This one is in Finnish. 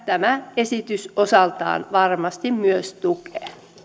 tämä esitys osaltaan varmasti myös tukee